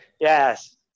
Yes